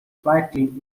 slightly